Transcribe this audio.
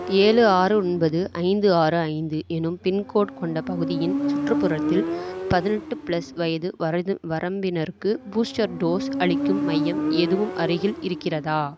ஏழு ஆறு ஒன்பது ஐந்து ஆறு ஐந்து எனும் பின்கோடு கொண்ட பகுதியின் சுற்றுப்புறத்தில் பதினெட்டு ப்ளஸ் வயது வரது வரம்பினருக்கு பூஷ்டர் டோஸ் அளிக்கும் மையம் எதுவும் அருகில் இருக்கிறதா